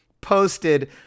posted